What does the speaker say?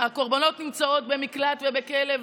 הקורבנות נמצאות במקלט ובכלא,